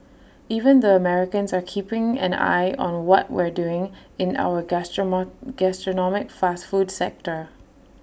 even the Americans are keeping an eye on what we're doing in our gastronomic fast food sector